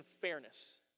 fairness